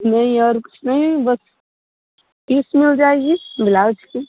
नहीं और कुछ नहीं बस पीस मिल जाएगी ब्लाउज की